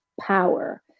power